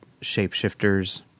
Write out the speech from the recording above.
shapeshifters